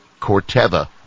Corteva